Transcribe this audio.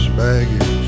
baggage